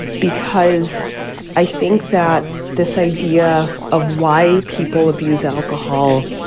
because i think that this idea of why people abuse alcohol.